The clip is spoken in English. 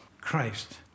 Christ